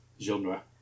genre